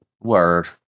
Word